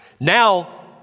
Now